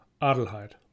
Adelheid